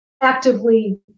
actively